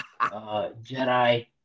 Jedi